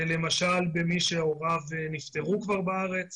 למשל במי שהוריו נפטרו כבר בארץ